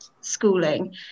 schooling